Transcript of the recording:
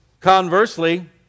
Conversely